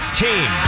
team